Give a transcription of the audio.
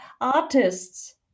artists